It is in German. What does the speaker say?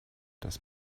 das